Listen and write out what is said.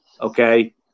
okay